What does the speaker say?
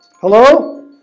hello